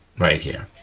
right here.